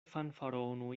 fanfaronu